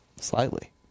slightly